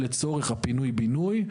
לצורך הפינוי בינוי,